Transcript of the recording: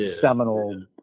seminal